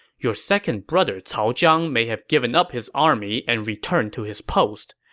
your second brother cao zhang may have given up his army and returned to his post,